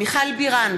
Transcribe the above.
מיכל בירן,